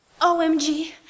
OMG